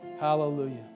Hallelujah